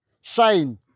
shine